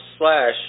slash